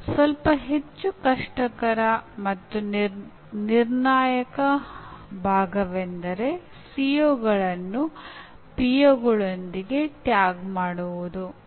ಆದ್ದರಿಂದ ನಿಮ್ಮ "ಬಾಂಧವ್ಯ ಬೆಳಸುವಿಕೆ" ಕಲಿಕೆಯ ಸಾಧನವಾಗಿದ್ದು ಅದನ್ನು ನೀವು ರೇಖಾತ್ಮಕವಲ್ಲದವೆಂದು ಪರಿಗಣಿಸಬಹುದು